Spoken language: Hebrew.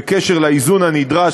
בקשר לאיזון הנדרש,